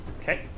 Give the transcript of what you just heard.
Okay